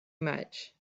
much